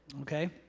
Okay